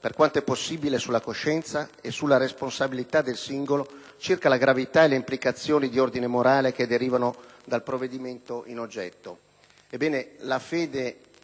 per quanto è possibile, sulla coscienza e sulla responsabilità del singolo circa la gravità e le implicazioni di ordine morale che derivano dal provvedimento in oggetto. Ebbene, la fede